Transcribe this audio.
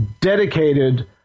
dedicated